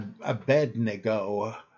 Abednego